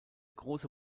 große